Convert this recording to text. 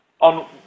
on